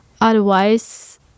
Otherwise